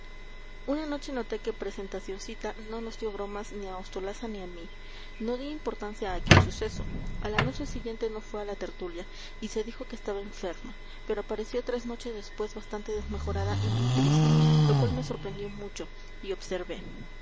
una noche noté que presentacioncita no nos dio bromas ni a ostolaza ni a mí no di importancia a aquel suceso a la noche siguiente no fue a la tertulia y se dijo que estaba enferma pero apareció tres noches después bastante desmejorada y muy triste lo cual me sorprendió mucho y observé